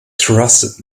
trusted